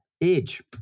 age